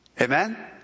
Amen